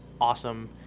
awesome